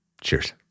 Cheers